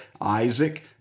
Isaac